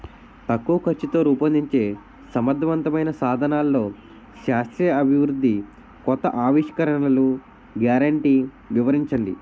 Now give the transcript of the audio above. తక్కువ ఖర్చుతో రూపొందించే సమర్థవంతమైన సాధనాల్లో శాస్త్రీయ అభివృద్ధి కొత్త ఆవిష్కరణలు గ్యారంటీ వివరించండి?